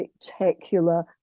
spectacular